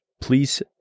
please